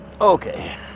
Okay